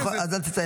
נכון, אז אל תציין.